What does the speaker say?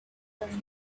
nearby